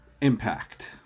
Impact